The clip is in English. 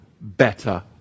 better